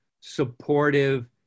supportive